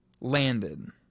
Landed